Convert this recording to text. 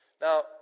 Now